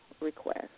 request